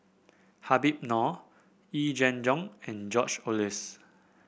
Habib Noh Yee Jenn Jong and George Oehlers